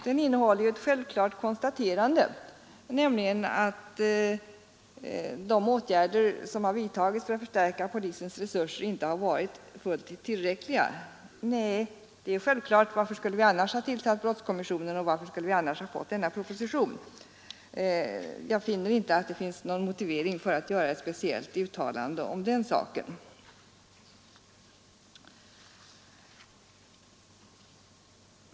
Den innehåller ett självklart konstaterande, nämligen att de åtgärder som har vidtagits för att först resurser inte har varit fullt tillräckliga. Nej, varför skulle vi annars ha tillsatt brottskommissionen, varför skulle vi annars ha fått denna proposition? Jag finner inte någon motivering för att göra ett speciellt uttalande om den saken.